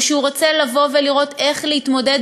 או שהוא רוצה לבוא ולראות איך להתמודד